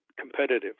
competitive